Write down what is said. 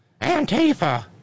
Antifa